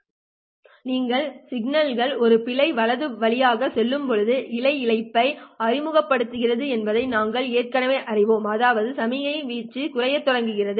இப்போது சிக்னல்கள் ஒரு இழை வலது வழியாக செல்லும்போது இழை இழப்பை அறிமுகப்படுத்துகிறது என்பதை நாங்கள் ஏற்கனவே அறிவோம் அதாவது சமிக்ஞையில் வீச்சு குறைக்கத் தொடங்குகிறது